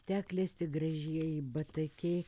teklesti gražieji batakiai